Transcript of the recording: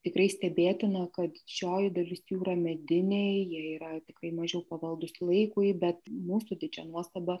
tikrai stebėtina kad didžioji dalis jų yra mediniai jie yra tikrai mažiau pavaldūs laikui bet mūsų didžia nuostaba